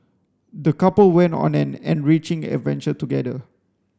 the couple went on an enriching adventure together